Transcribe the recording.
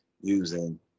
using